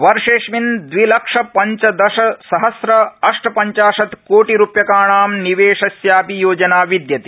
वर्षेऽस्मिन् दविलक्ष पञ्चदशसहस्र अष्टपञ्चाशत् कोटिरुप्यकाणां निवेशस्यापि योजना विदयते